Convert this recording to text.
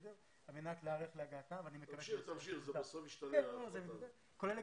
על מנת להיערך להגעתם ואני מקווה ש --- תמשיך,